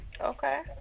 Okay